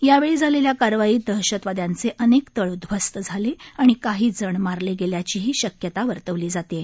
यावेळी झालेल्या कारवाईत दहशतवाद्यांचे अनेक तळ उदध्वस्त झाले आणि काही जण मारले गेल्याचीही शक्यता वर्तवली जात आहे